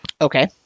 Okay